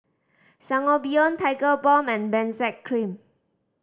Sangobion Tigerbalm and Benzac Cream